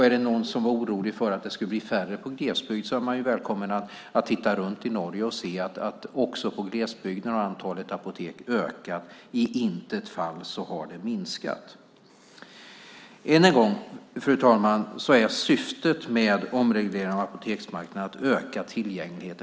Är man orolig för att det ska bli färre i glesbygden är man välkommen att titta runt i Norge för att se att i glesbygden har antalet apotek ökat, i intet fall har det minskat. Än en gång, fru talman, är syftet med omregleringen av apoteksmarknaden att öka tillgängligheten.